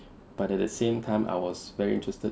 but at the same time I was very interested